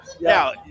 Now